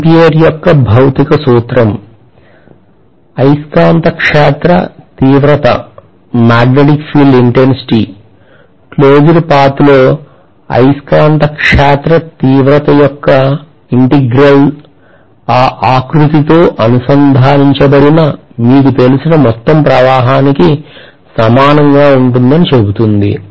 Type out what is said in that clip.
ampere యొక్క భౌతిక సూత్రం అయస్కాంత క్షేత్ర తీవ్రత క్లోస్డ్ పాత్ లో అయస్కాంత క్షేత్ర తీవ్రత యొక్క ఇంటెగ్రల్ ఆ ఆకృతితో అనుసంధానించబడిన మీకు తెలిసిన మొత్తం ప్రవాహానికి సమానంగా ఉంటుందని చెబుతుంది